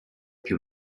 più